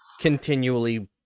continually –